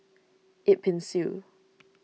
Yip Pin Xiu